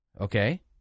okay